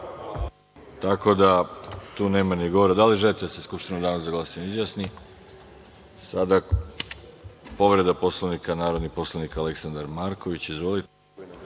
Tako da tu nema ni govora. Da li želite da se Skupština u Danu za glasanje izjasni? (Ne.)Povreda Poslovnika, narodni poslanik Aleksandar Marković. Izvolite.